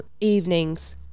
evenings